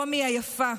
רומי היפה,